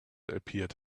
appeared